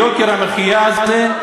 יוקר המחיה הזה,